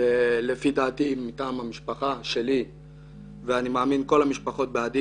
לפי דעתי ודעת משפחתי ואני מאמין שגם שאר משפחות ההרוגים,